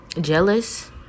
jealous